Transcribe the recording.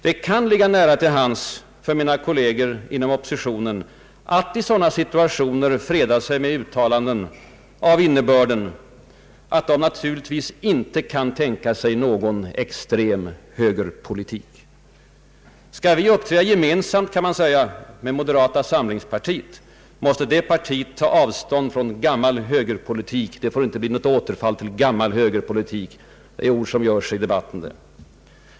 Det kan ligga nära till hands för mina kolleger inom oppositionen att i sådana situationer freda sig med uttalanden av innebörden att de naturligtvis inte kan tänka sig någon extrem högerpolitik. Skall vi uppträda gemensamt, kan man säga, med moderata samlingspartiet måste det partiet ta avstånd från gammal högerpolitik. Det får inte bli något återfall till gammal högerpolitik, det är ord som gör sig i debatten!